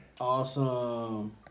Awesome